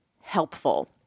helpful